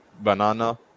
banana